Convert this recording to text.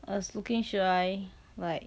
I was looking should I like